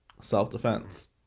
Self-defense